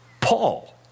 Paul